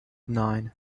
nine